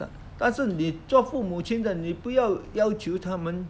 但是你做父母亲的你不要要求他们